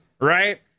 right